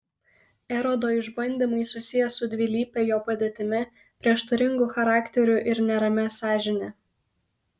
erodo išbandymai susiję su dvilype jo padėtimi prieštaringu charakteriu ir neramia sąžinę